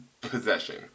possession